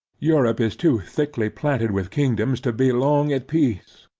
europe is too thickly planted with kingdoms to be long at peace,